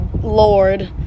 Lord